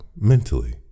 Mentally